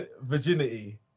Virginity